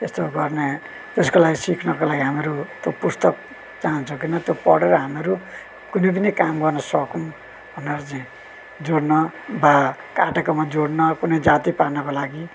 त्यस्तो गर्ने त्यसको लागि सिक्नको लागि हामीहरू त्यो पुस्तक चाहन्छौँ किन त्यो पढेर हामीहरू कुनै पनि काम गर्नसकौँ भनेर चाहिँ जोड्न वा काटेकोमा जोड्न कुनै जाती पार्नको लागि